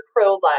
pro-life